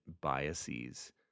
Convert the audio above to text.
biases